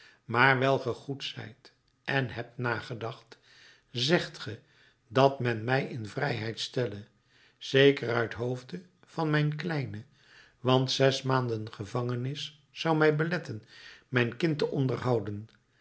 maar wijl ge goed zijt en hebt nagedacht zegt ge dat men mij in vrijheid stelle zeker uit hoofde van mijn kleine want zes maanden gevangenis zou mij beletten mijn kind te onderhouden